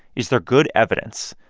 is there good evidence?